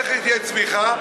איך תהיה צמיחה?